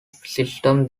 system